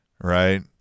right